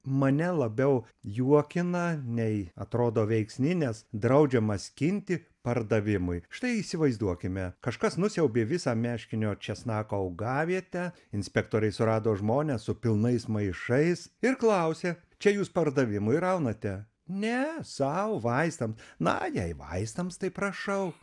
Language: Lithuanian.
mane labiau juokina nei atrodo veiksni nes draudžiama skinti pardavimui štai įsivaizduokime kažkas nusiaubė visą meškinio česnako augavietę inspektoriai surado žmones su pilnais maišais ir klausia čia jūs pardavimui raunate ne sau vaistam na jei vaistams tai prašau